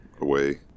away